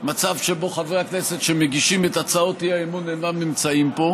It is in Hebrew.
מצב שבו חברי הכנסת שמגישים את הצעות האי-אמון אינם נמצאים פה,